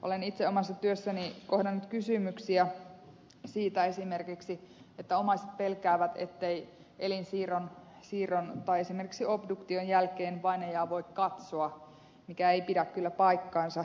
olen itse omassa työssäni kohdannut kysymyksiä esimerkiksi siitä että omaiset pelkäävät ettei elinsiirron tai esimerkiksi obduktion jälkeen vainajaa voi katsoa mikä ei pidä kyllä paikkaansa